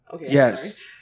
Yes